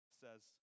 says